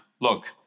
look